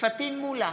פטין מולא,